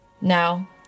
Now